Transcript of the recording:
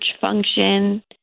function